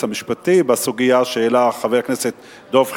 המשפטי בסוגיה שהעלה חבר הכנסת דב חנין.